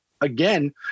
again